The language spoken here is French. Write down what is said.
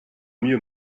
mieux